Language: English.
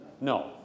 No